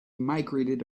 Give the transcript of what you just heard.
migrated